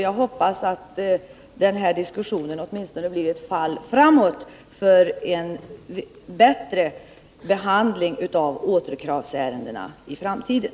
Jag hoppas att den här diskussionen åtminstone innebar ett fall framåt för en bättre behandling av återkravsärendena i framtiden.